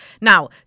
Now